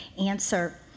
answer